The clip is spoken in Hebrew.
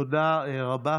תודה רבה.